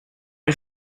une